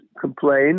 complain